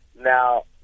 Now